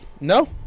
No